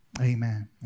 Amen